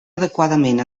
adequadament